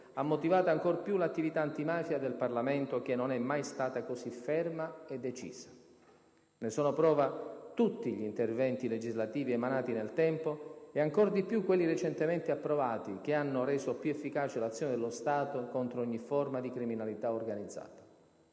ha motivato ancor più l'attività antimafia del Parlamento, che non è mai stata così ferma e decisa. Ne sono prova tutti gli interventi legislativi emanati nel tempo e ancor di più quelli recentemente approvati, che hanno reso più efficace l'azione dello Stato contro ogni forma di criminalità organizzata.